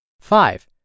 Five